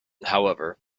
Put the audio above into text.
however